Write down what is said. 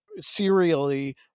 serially